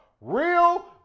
real